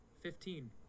fifteen